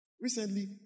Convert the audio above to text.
Recently